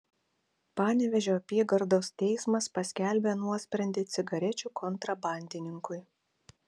panevėžio apygardos teismas paskelbė nuosprendį cigarečių kontrabandininkui